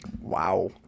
Wow